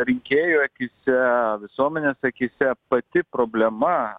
rinkėjų akyse visuomenės akyse pati problema